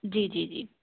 جی جی جی